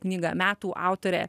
knygą metų autorė